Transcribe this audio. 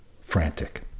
frantic